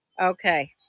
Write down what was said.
Okay